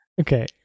okay